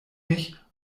mich